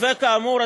כאמור,